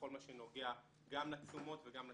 בכל מה שנוגע גם לתשומות וגם לתפוקות.